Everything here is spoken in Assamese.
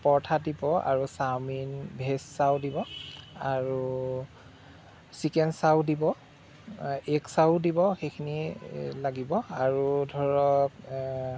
পৰঠা দিব আৰু চাওমিন ভেজচাও দিব আৰু চিকেন চাও দিব এগ চাওও দিব সেইখিনিয়ে লাগিব আৰু ধৰক